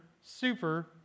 super